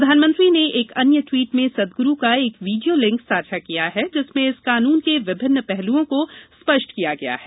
प्रधानमंत्री ने एक अन्य ट्वीट में सदगुरू का एक वीडियो लिंक साझा किया है जिसमें इस कानून के विभिन्न पहलुओं को स्पष्ट किया गया है